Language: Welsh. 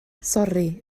sori